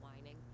whining